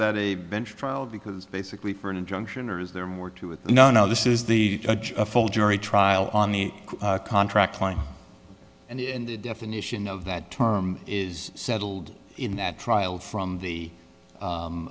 that a bench trial because basically for an injunction or is there more to it you know no this is the judge a full jury trial on the contract and in the definition of that term is settled in that trial from the